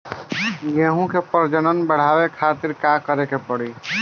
गेहूं के प्रजनन बढ़ावे खातिर का करे के पड़ी?